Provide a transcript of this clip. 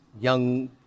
young